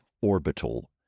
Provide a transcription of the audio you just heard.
Orbital